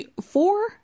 Four